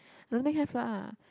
don't think have lah